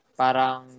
parang